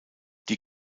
die